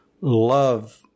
love